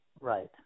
right